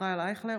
ישראל אייכלר,